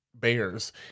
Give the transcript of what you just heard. bears